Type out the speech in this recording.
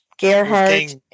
Gerhardt